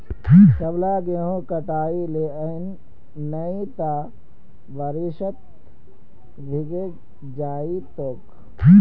सबला गेहूं हटई ले नइ त बारिशत भीगे जई तोक